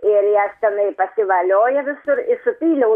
ir jos tenai pasivalioja visur supyliau